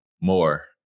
more